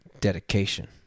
dedication